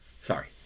Sorry